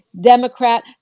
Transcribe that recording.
Democrat